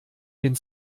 den